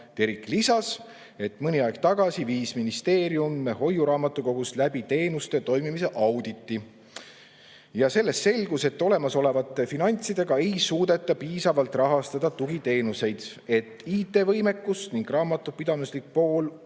Terik lisas, et mõni aeg tagasi viis ministeerium hoiuraamatukogus läbi teenuste toimimise auditi ja sellest selgus, et olemasolevate finantsidega ei suudeta piisavalt rahastada tugiteenuseid, IT‑võimekus ning raamatupidamislik pool